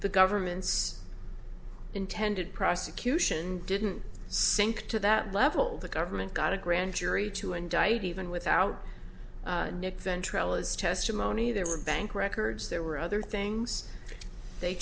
the government's intended prosecution didn't sink to that level the government got a grand jury to indict even without ventrell as testimony there were bank records there were other things they